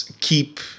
keep